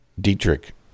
Dietrich